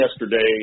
yesterday